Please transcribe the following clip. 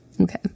Okay